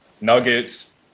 Nuggets